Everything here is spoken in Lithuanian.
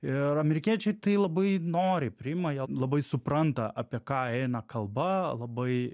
ir amerikiečiai tai labai noriai priima ją labai supranta apie ką eina kalba labai